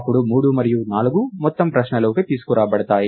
అప్పుడు మూడు మరియు నాలుగు మొత్తం ప్రశ్నలోకి తీసుకురాబడతాయి